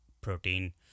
protein